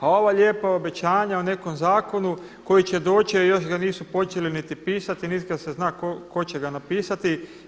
A ova lijepa obećanja o nekom zakonu koji će doći, jer još ga nisu počeli niti pisati, niti se zna tko će ga napisati.